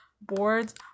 boards